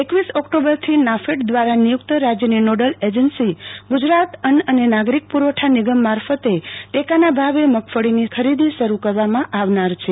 એકવીસ ઓક્ટોમ્બર થી નાફેડ દ્રારા નિયુક્ત રાજયની નોડલ એજન્સીંગુજરાત અન્ન અને નાગરિક પુ રવઠા નિગમ મારફતે ટેકાના ભાવે મગફળીની ખરીદી શરૂ કરવામાં આવનાર છે